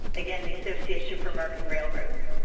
again the association for american railroads.